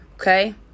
okay